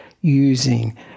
using